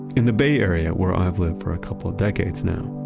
in the bay area where i've lived for a couple of decades now,